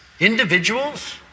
Individuals